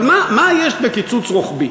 אבל מה יש בקיצוץ רוחבי?